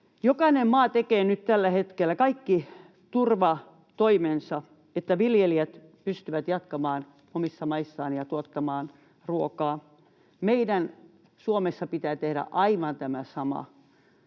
Jokainen maa tekee nyt tällä hetkellä kaikki turvatoimensa, että viljelijät pystyvät jatkamaan omissa maissaan ja tuottamaan ruokaa. Meidän pitää Suomessa tehdä aivan tämä sama.